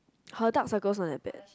hers dark circle not that bad